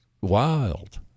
Wild